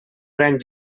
gran